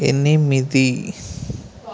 ఎనిమిది